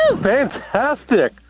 Fantastic